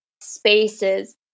spaces